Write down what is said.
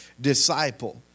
disciple